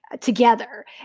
together